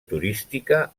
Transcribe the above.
turística